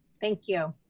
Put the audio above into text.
thank you.